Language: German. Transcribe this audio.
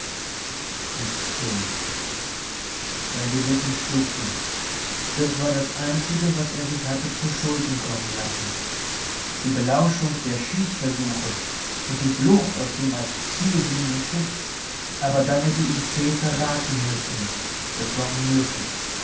mit se sein gewissen schlug ihm das war das einzige was er sich hatte zuschulden kommen lassen die belauschung der schießversuche und die flucht aus dem als ziel dienenden schiff aber dann hätte ihn se verraten müssen das war unmöglich